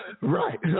Right